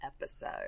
episode